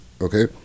okay